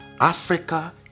Africa